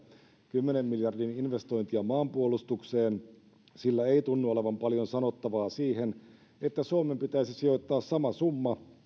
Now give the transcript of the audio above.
kymmenen miljardin investointia maanpuolustukseen sillä ei tunnu olevan paljon sanottavaa siihen että suomen pitäisi sijoittaa sama summa